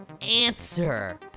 answer